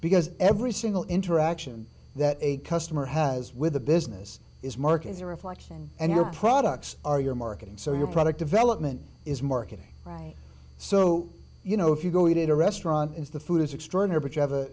because every single interaction that a customer has with a business is market is a reflection and your products are your marketing so your product development is marketing right so you know if you go eat at a restaurant is the food is extraordinary but you have a